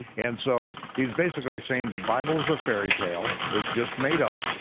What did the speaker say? and so he's basically saying the bible's a fairy tale, it's just made up.